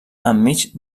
enmig